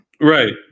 Right